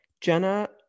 Jenna